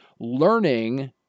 learning